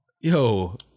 yo